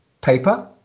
paper